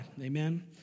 Amen